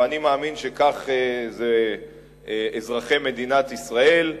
ואני מאמין שכך אזרחי מדינת ישראל,